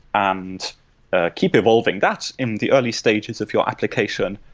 and ah keep evolving that in the early stages of your application,